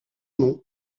nom